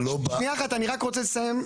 שנייה אחת, אני רק רוצה לסיים.